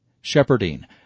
Shepherding